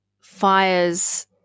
fires